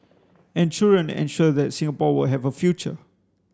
and children ensure that Singapore will have a future